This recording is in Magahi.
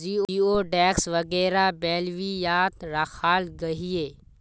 जिओडेक्स वगैरह बेल्वियात राखाल गहिये